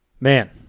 Man